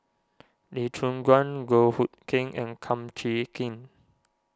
Lee Choon Guan Goh Hood Keng and Kum Chee Kin